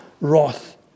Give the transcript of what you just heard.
wrath